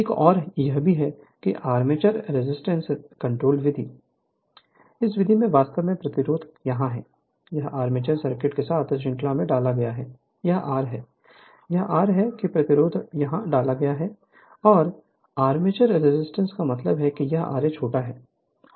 Refer Slide Time 0524 एक और यह है कि आर्मेचर रेसिस्टर्स रेसिस्टेंस कंट्रोल विधि है इस विधि में वास्तव में प्रतिरोध यहाँ है यह आर्मेचर सर्किट के साथ श्रृंखला में डाला गया है यह R है यह R है कि प्रतिरोध यहाँ डाला गया है और आर्मेचर रेसिस्टेंस का मतलब है यह ra छोटा है